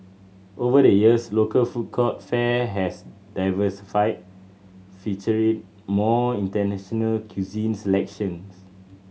over the years local food court fare has diversified featuring more international cuisine selections